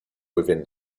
within